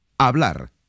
Hablar